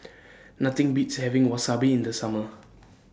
Nothing Beats having Wasabi in The Summer